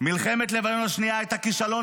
"מלחמת לבנון השנייה הייתה כישלון,